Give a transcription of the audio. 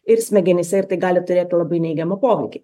ir smegenyse ir tai gali turėti labai neigiamą poveikį